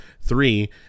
Three